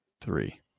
three